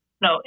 No